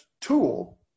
tool